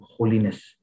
Holiness